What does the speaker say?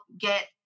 get